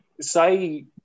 say